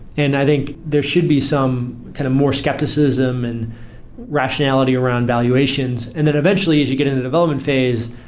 and i think there should be some kind of more skepticism and rationality around valuations. and then eventually as you get in the development phase,